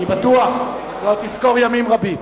אני בטוח, ועוד תזכור ימים רבים.